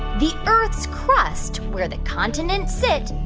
the earth's crust, where the continents sit,